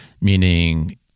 meaning